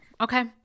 Okay